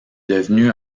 devenue